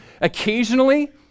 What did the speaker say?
Occasionally